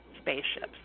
spaceships